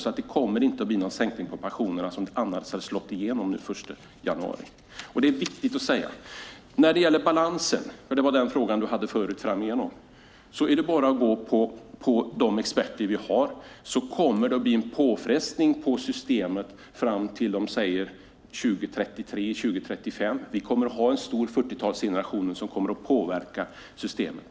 Det kommer därför inte att bli någon sänkning av pensionerna, vilket annars skulle ha slagit igenom den 1 januari. Detta är viktigt att säga. När det gäller balansen, som Kurt Kvarnströms fråga gällde, kommer det enligt de experter som vi har att bli en påfrestning på systemet fram till 2033-2035. Vi kommer att ha en stor 40-talsgeneration som kommer att påverka systemet.